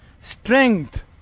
Strength